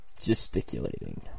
Gesticulating